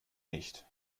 nicht